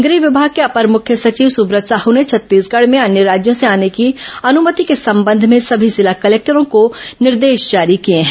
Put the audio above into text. गृह विभाग के अपर मुख्य सचिव सुब्रत साहू ने छत्तीसगढ़ में अन्य राज्यों से आने की अनुमति के संबंध में सभी जिला कलेक्टरों को निर्देश जारी किए हैं